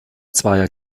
zweier